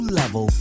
level